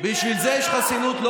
בשביל זה יש חסינות.